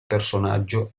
personaggio